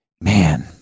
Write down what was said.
man